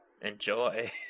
Enjoy